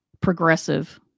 progressive